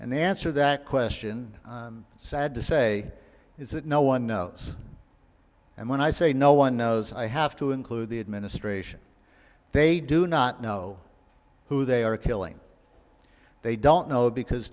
and the answer that question i'm sad to say is that no one knows and when i say no one knows i have to include the administration they do not know who they are killing they don't know because